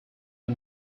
are